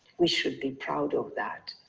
we should be proud of that.